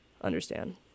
understand